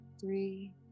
three